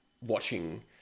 watching